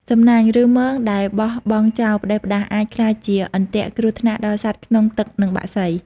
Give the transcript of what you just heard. សំណាញ់ ឬ ម៉ងដែលបោះបង់ចោលផ្ដេសផ្ដាស អាចក្លាយជាអន្ទាក់គ្រោះថ្នាក់ដល់សត្វក្នុងទឹកនិងបក្សី។